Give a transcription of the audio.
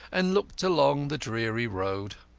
and looked along the dreary road.